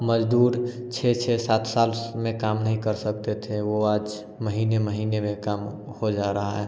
मज़दूर छः छः सात में काम नहीं कर सकते थे वह आज महीने महीने में काम हो जा रहा है